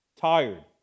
tired